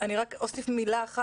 אני רק אוסיף מילה אחת.